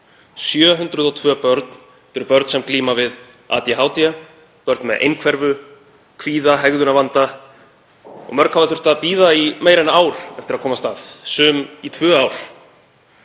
702 börn. Þetta eru börn sem glíma við ADHD, börn með einhverfu, kvíða, hegðunarvanda, og mörg hafa þurft að bíða í meira en ár eftir að komast að, sum í tvö ár.